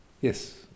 Yes